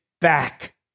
back